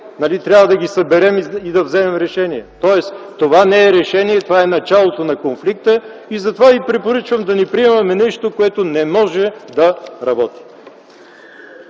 трябва да ги съберем и да вземат решение. Тоест това не е решение, това е началото на конфликта и затова ви препоръчвам да не приемаме нещо, което не може да работи.